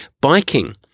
Biking